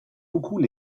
beaucoup